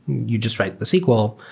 you just write the sql.